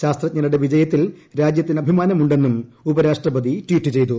ശാസ്ത്രജ്ഞരുടെ വിജയത്തിൽ രാജൃത്തിന് അഭിമാനമു ന്നും ഉപരാഷ്ട്രപതി ട്വീറ്റ് ചെയ്തു